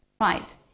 Right